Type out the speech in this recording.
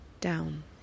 down